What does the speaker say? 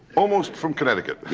almost from connecticut.